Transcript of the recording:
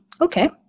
Okay